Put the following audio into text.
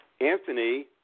Anthony